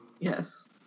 yes